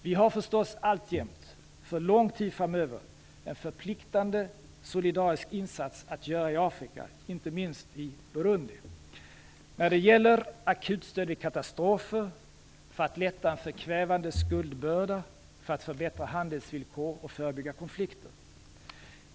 Vi har alltjämt för lång tid framöver en förpliktande solidarisk insats att göra i Afrika, inte minst i Burundi, när det gäller akutstöd vid katastrofer, för att lätta en förkvävande skuldbörda, för att förbättra handelsvillkor och för att förebygga konflikter.